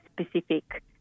specific